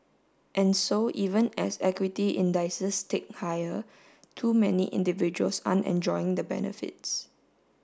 and so even as equity indices tick higher too many individuals aren't enjoying the benefits